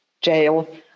jail